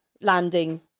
landing